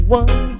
one